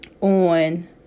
on